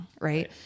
Right